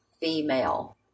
female